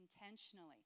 intentionally